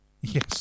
Yes